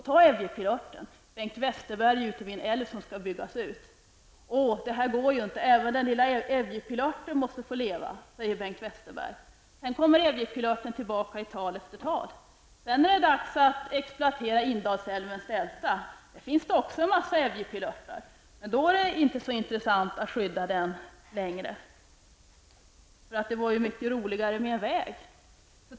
Ta ävjepilörten. Bengt Westerberg är ute vid en älv som skall byggas ut. Åh, detta går inte, även den lilla ävjepilörten måste få leva, säger Bengt Westerberg. Sedan kommer ävjepilörten tillbaka i tal efter tal. Så är det dags att exploatera Indalsälvens delta. Även där finns en massa ävjepilört. Men då är det inte längre så intressant att skydda den. Då är det mycket roligare med en väg.